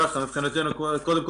קודם כול,